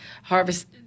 Harvest